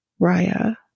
Raya